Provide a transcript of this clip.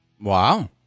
Wow